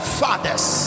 fathers